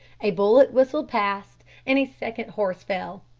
a bullet whistled past, and a second horse fell.